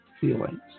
feelings